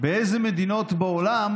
באיזה מדינות בעולם